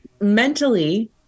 mentally